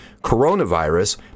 coronavirus